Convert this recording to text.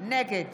נגד